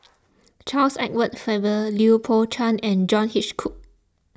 Charles Edward Faber Lui Pao Chuen and John Hitchcock